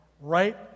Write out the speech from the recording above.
right